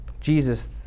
Jesus